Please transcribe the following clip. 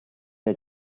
del